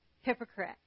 Hypocrite